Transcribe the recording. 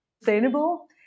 sustainable